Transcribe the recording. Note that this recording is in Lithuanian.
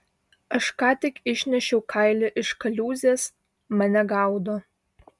aš ką tik išnešiau kailį iš kaliūzės mane gaudo